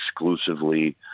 exclusively